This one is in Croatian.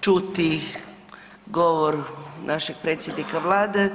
čuti govor našeg predsjednika Vlade